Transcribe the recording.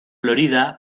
florida